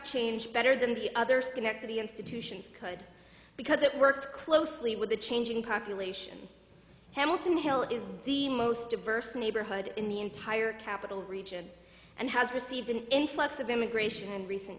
change better than the other schenectady institutions could because it worked closely with the changing population hamilton hill is the most diverse neighborhood in the entire capital region and has received an influx of immigration and recent